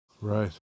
Right